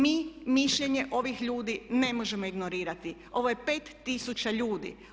Mi mišljenje ovih ljudi ne možemo ignorirati, ovo je 5000 ljudi.